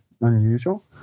unusual